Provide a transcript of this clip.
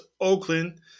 Oakland